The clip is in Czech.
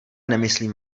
nemyslím